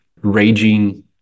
raging